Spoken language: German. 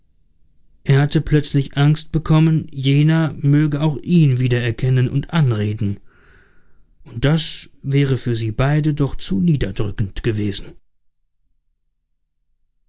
er hatte plötzlich angst bekommen jener möge auch ihn wiedererkennen und anreden und das wäre für sie beide doch zu niederdrückend gewesen